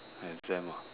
exam ah